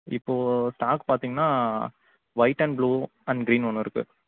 இப்போ ஸ்டாக் பார்த்திங்கனா white and blue and green ஒன்று இருக்கு